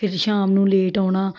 ਫਿਰ ਸ਼ਾਮ ਨੂੰ ਲੇਟ ਆਉਣਾ